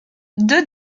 deux